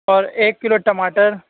اور ایک کلو ٹماٹر